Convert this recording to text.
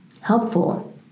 helpful